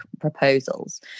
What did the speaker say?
proposals